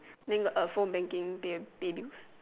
then got uh phone banking pay pay bills